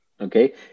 Okay